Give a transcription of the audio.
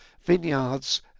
vineyards